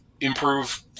improve